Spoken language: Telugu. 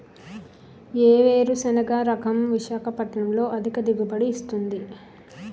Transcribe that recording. ఏ వేరుసెనగ రకం విశాఖపట్నం లో అధిక దిగుబడి ఇస్తుంది?